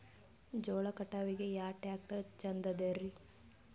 ಜೋಳ ಕಟಾವಿಗಿ ಯಾ ಟ್ಯ್ರಾಕ್ಟರ ಛಂದದರಿ?